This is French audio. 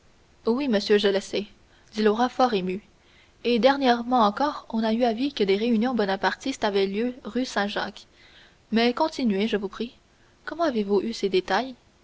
france oui monsieur je le sais dit le roi fort ému et dernièrement encore on a eu avis que des réunions bonapartistes avaient lieu rue saint-jacques mais continuez je vous prie comment avez-vous eu ces détails